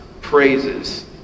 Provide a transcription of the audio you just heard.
praises